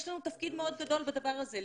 יש לנו תפקיד מאוד גדול בדבר הזה,